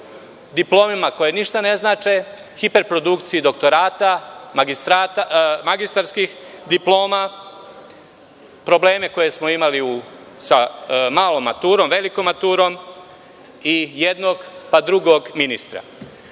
diplomama koje ništa ne znače, hiperprodukciji doktorata, magistarskih diploma, problemi koje smo imali sa malom maturom, velikom maturom i jednog pa drugog ministra. Govorio